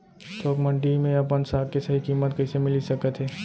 थोक मंडी में अपन साग के सही किम्मत कइसे मिलिस सकत हे?